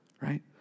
Right